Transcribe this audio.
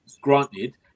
granted